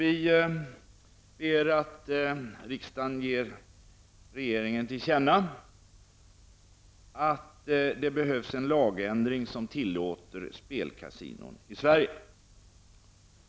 Vi ber att riksdagen ger regeringen till känna att det behövs en lagändring som tillåter spelkasinon i Sverige.